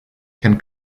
can